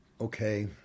okay